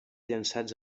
llançats